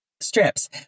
strips